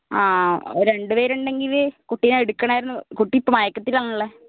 ആ രണ്ടുപേർ ഉണ്ടെങ്കിൽ കുട്ടീനേ എടുക്കണമായിരുന്നു കുട്ടിയിപ്പോൾ മയക്കത്തിലാണുള്ളത്